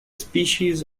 species